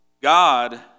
God